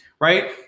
right